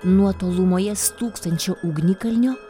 nuo tolumoje stūksančio ugnikalnio